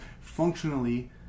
Functionally